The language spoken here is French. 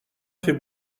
fait